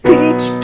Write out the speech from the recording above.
Peach